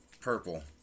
purple